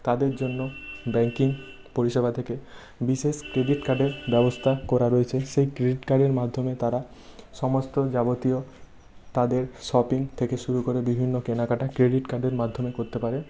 তাদের জন্য ব্যাঙ্কিং পরিষেবা থেকে বিশেষ ক্রেডিট কার্ডের ব্যবস্থা করা রয়েছে সেই ক্রেডিট কার্ডের মাধ্যমে তারা সমস্ত যাবতীয় তাদের শপিং থেকে শুরু করে বিভিন্ন কেনাকাটা ক্রেডিট কার্ডের মাধ্যমে করতে পারে